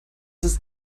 ist